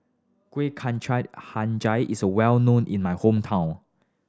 Kuih Kacang Hijau is well known in my hometown